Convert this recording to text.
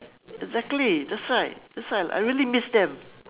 exactly that's why that's why I really miss them